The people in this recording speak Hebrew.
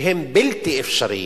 שהם בלתי אפשריים.